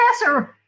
professor